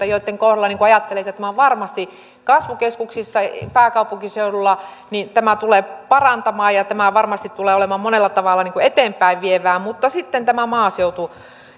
joitten kohdalla ajattelee että kasvukeskuksissa ja pääkaupunkiseudulla tämä varmasti tulee parantamaan ja tämä varmasti tulee olemaan monella tavalla eteenpäin vievää mutta sitten on maaseutu